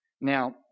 Now